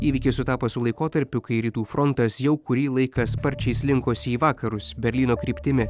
įvykis sutapo su laikotarpiu kai rytų frontas jau kurį laiką sparčiai slinkosi į vakarus berlyno kryptimi